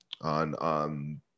on